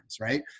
right